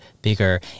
bigger